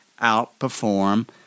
outperform